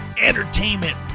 entertainment